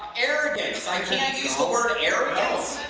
arrogance, i can't use the word and arrogance?